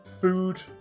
food